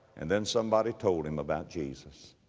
and then somebody told him about jesus